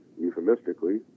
euphemistically